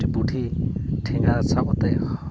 ᱵᱩᱰᱷᱤ ᱴᱷᱮᱸᱜᱟ ᱥᱟᱵ ᱠᱟᱛᱮᱫ